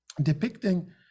depicting